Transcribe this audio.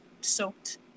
soaked